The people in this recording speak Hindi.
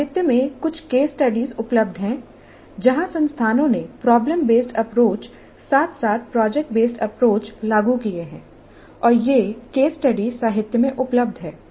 साहित्य में कुछ केस स्टडी उपलब्ध हैं जहां संस्थानों ने प्रॉब्लम बेसड अप्रोच साथ साथ प्रोजेक्ट बेसड अप्रोच लागू किए हैं और ये केस स्टडी साहित्य में उपलब्ध हैं